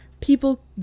people